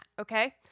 Okay